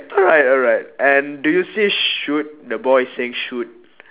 alright alright and do you see shoot the boy is saying shoot